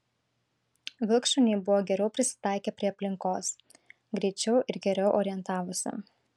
vilkšuniai buvo geriau prisitaikę prie aplinkos greičiau ir geriau orientavosi